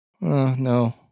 No